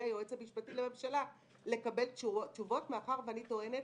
היועץ המשפטי לממשלה לקבל תשובות מאחר ואני טוענת